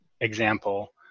example